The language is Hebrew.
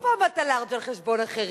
עוד פעם אתה לארג' על חשבון אחרים,